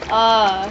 uh